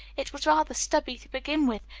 it was rather stubby to begin with,